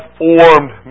formed